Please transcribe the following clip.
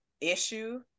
issue